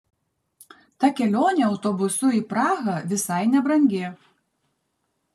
ta kelionė autobusu į prahą visai nebrangi